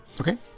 Okay